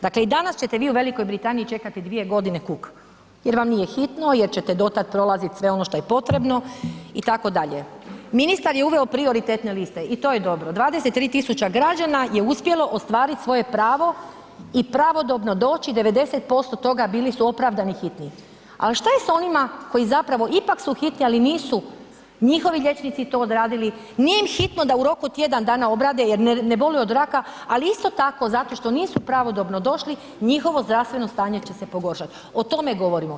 Dakle, i danas ćete vi u Velikoj Britaniji čekati 2.g. kuk jer vam nije hitno jer ćete do tad prolazit sve ono što je potrebno itd., ministar je uveo prioritetne liste i to je dobro, 23 000 građana je uspjelo ostvarit svoje pravo i pravodobno doći, 90% toga bili su opravdani hitni, ali šta je s onima koji zapravo ipak su hitni, ali nisu njihovi liječnici to odradili, nije im hitno da u roku od tjedan dana obrade jer ne boluju od raka, ali isto tako zato što nisu pravodobno došli, njihovo zdravstveno stanje će se pogoršat, o tome govorimo.